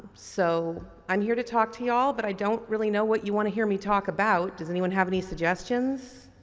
so, i'm here to talk to ya'll but i don't really know what you want to hear me talk about. does anyone have any suggestions?